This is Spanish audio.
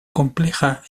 compleja